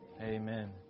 Amen